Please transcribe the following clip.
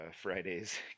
Fridays